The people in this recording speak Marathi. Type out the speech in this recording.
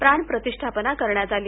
प्राणप्रतिष्ठापना करण्यात आली